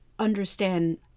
understand